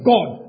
God